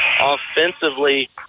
offensively